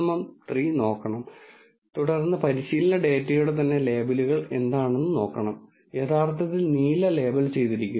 നിങ്ങൾ ചെയ്യുന്നത് വീണ്ടും ചിന്താ പരീക്ഷണം നടത്തുക എന്നതാണ് ആരെങ്കിലും എന്തെങ്കിലും രാസവസ്തുക്കൾ കൊണ്ടുവന്നുവെന്ന് പറയാം അത് നിങ്ങൾ തളിച്ചാൽ നിങ്ങൾക്ക് ഈ സൂക്ഷ്മാണുക്കളെ കാണാൻ കഴിയും